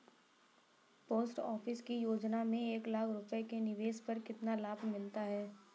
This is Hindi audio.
पोस्ट ऑफिस की योजना में एक लाख रूपए के निवेश पर कितना लाभ मिलता है?